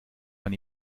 man